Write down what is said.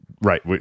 right